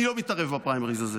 אני לא מתערב בפריימריז הזה,